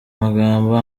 magambo